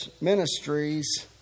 ministries